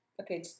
okay